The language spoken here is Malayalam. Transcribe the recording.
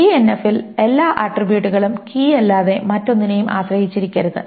3 NF ൽ എല്ലാ ആട്രിബ്യൂട്ടുകളും കീയല്ലാതെ മറ്റൊന്നിനെയും ആശ്രയിച്ചിരിക്കരുത്